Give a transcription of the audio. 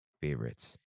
favorites